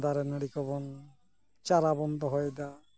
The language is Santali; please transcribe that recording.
ᱫᱟᱨᱮ ᱱᱟᱲᱤ ᱠᱚᱵᱚᱱ ᱪᱟᱨᱟᱵᱚᱱ ᱫᱚᱦᱚᱭᱮᱫᱟ